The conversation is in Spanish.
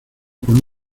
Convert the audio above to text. con